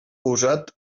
usat